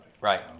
Right